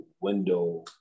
window